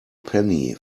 penny